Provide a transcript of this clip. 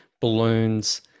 balloons